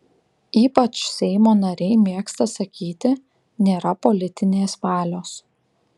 ypač seimo nariai mėgsta sakyti nėra politinės valios